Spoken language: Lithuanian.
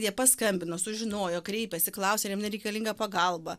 jie paskambino sužinojo kreipėsi klausė ar jiem nereikalinga pagalba